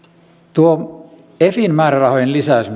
tuo efin määrärahojen lisäys